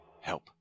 help